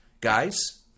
guys –